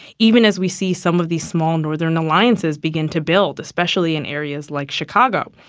even as we see some of these small northern alliances begin to build, especially in areas like chicago.